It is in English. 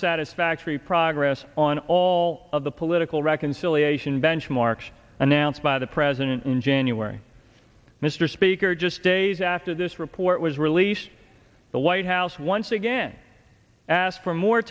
satisfactory progress on all of the political reconciliation benchmarks announced by the president in january mr speaker just days after this report was released the white house once again asked for more